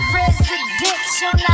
residential